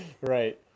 Right